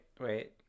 wait